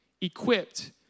equipped